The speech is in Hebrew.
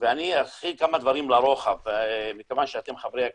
ואני ארחיב כמה דברים לרוחב מכיוון שאתם חברי הכנסת.